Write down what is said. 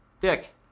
Dick